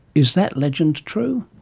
is that legend true?